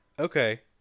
Okay